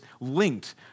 linked